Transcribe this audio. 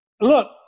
Look